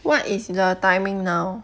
what is the timing now